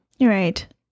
Right